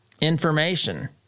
information